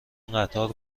قطار